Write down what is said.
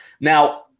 Now